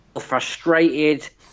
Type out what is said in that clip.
frustrated